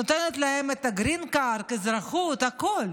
היא נותנת להם גרין קארד, אזרחות, הכול.